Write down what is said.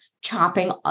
chopping